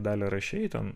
dalia rašei ten